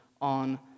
on